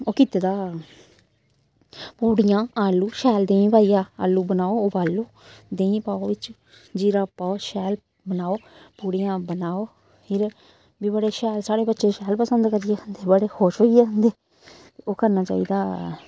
ओह् कीते दा पूड़ियां आलू शैल देहीं पाइयै आलू बनाओ उबालो देहीं पाओ बिच्च जीरा पाओ शैल बनाओ पूड़ियां बनाओ फिर बी बड़े शैल साढ़े बच्चे शैल पसंद करदे ते बड़े खुश होइयै खंदे ओह् करना चाहिदा